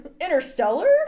Interstellar